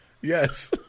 Yes